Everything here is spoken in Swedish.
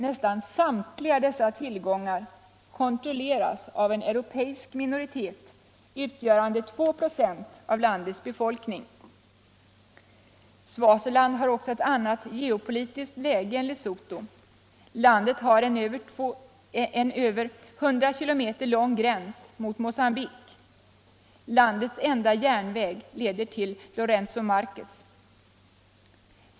Nästan samtliga dessa tillgångar kontrolleras av en europeisk minoritet, utgörande 2 procent av landets befolkning. Swaziland har också ett annat geopolitiskt läge än Lesotho. Landet har en över 100 km lång gräns mot Mocambique. Landets enda järnväg leder till Lourengo Marques.